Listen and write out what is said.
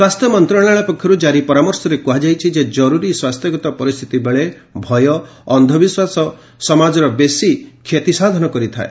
ସ୍ୱାସ୍ଥ୍ୟ ମନ୍ତ୍ରଣାଳୟ ପକ୍ଷରୁ ଜାରି ପରାମର୍ଶରେ କୁହାଯାଇଛି ଯେ ଜରୁରୀ ସ୍ୱାସ୍ଥ୍ୟଗତ ପରିସ୍ଥିତି ବେଳେ ଭୟ ଅନ୍ଧବିଶ୍ୱାସ ସମାଜର ବେଶି କ୍ଷତି ସାଥିତ କରିଥାଏ